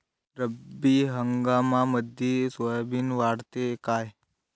रब्बी हंगामामंदी सोयाबीन वाढते काय?